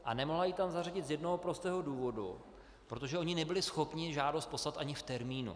A nemohla ji tam zařadit z jednoho prostého důvodu protože oni nebyli schopni žádost poslat ani v termínu.